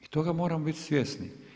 I toga moramo biti svjesni.